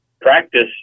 practice